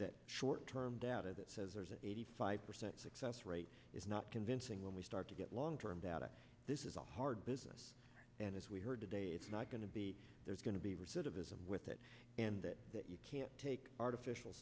that short term data that says there's an eighty five percent success rate is not convincing when we start to get long term data this is a hard business and as we heard today it's not going to be there's going to be recidivism with it and that that you can't take artificial